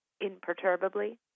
imperturbably